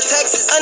Texas